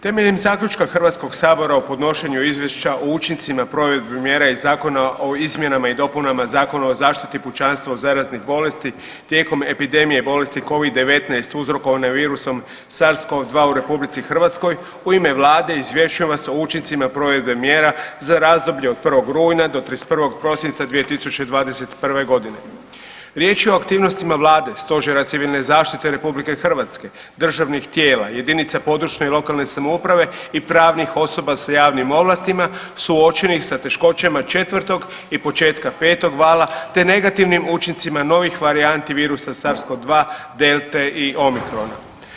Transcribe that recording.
Temeljem zaključka HS-a o podnošenju izvješće o učincima provedbe mjere iz Zakona o izmjenama i dopunama Zakona o zaštiti pučanstva od zaraznih bolesti tijekom epidemije bolesti Covid-19 uzrokovane virusom Sars-CoV-2 u RH u ime Vlade izvješćujem vas o učincima provedbe mjera za razdoblje od 1. rujna do 31. prosinca 2021. g. Riječ je o aktivnostima Vlade, Stožera civilne zaštite RH, državnih tijela, jedinice područne i lokalne samouprave i pravnih osoba sa javnim ovlastima, suočenih sa teškoćama 4. i početka 5. vala te negativnim učincima novih varijanti virusa Sars-Cov-2, delte i omikrona.